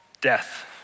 Death